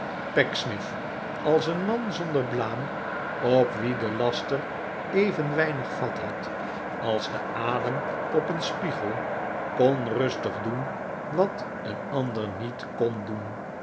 pecksniff als een man zonder blaam op wien de laster even weinig vat had als de adem op een spiegel kon rustig doen wat een ander niet kon doen